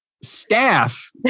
staff